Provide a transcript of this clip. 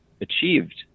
achieved